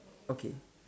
okay